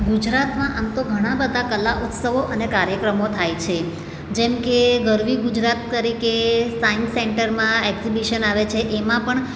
ગુજરાતમાં આમ તો ઘણા ક્લા ઉત્સવો અને કાર્યક્રમો થાય છે જેમ કે ગરવી ગુજરાત તરીકે સાઇન્સ સેન્ટરમાં એક્ઝિબિસન આવે છે એમાં પણ